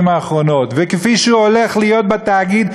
האחרונות וכפי שהוא הולך להיות בתאגיד,